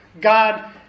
God